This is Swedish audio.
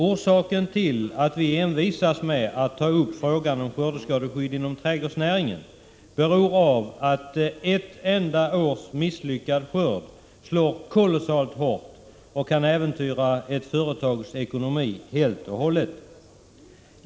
Orsaken till att vi envisas med att ta upp frågan om skördeskadeskydd inom trädgårdsnäringen är att ett enda års misslyckad skörd slår kolossalt hårt och kan äventyra ett företags ekonomi helt och hållet.